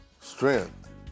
Strength